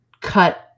cut